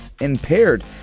impaired